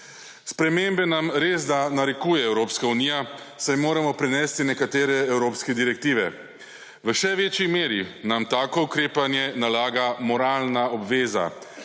Spremembe nam resda narekuje Evropska unija, saj moramo prenesti nekatere evropske direktive. V še večji meri nam tako ukrepanje nalaga moralna obveza,